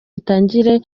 itangire